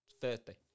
Thursday